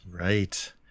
Right